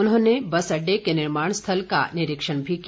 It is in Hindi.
उन्होंने बस अड्डे के निर्माण स्थल का निरीक्षण भी किया